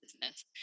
business